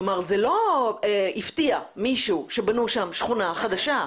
כלומר, זה לא הפתיע מישהו שבנו שם שכונה חדשה.